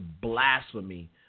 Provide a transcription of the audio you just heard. blasphemy